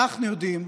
אנחנו יודעים,